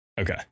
okay